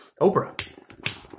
Oprah